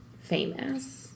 Famous